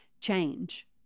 change